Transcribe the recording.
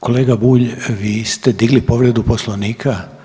Kolega Bulj, vi ste digli povredu Poslovnika?